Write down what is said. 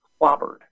clobbered